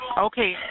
Okay